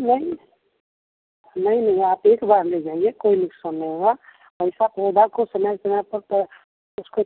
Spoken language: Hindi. नहीं नहीं नहीं आप एक बार ले जाइए कोई नुकसान नहीं होगा ऐसा पौधा को समय समय पर उसको